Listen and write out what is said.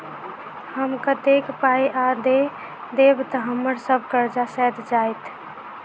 हम कतेक पाई आ दऽ देब तऽ हम्मर सब कर्जा सैध जाइत?